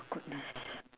goodness